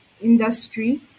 industry